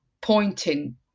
pointing